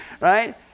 right